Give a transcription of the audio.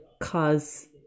cause